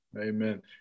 Amen